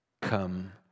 Come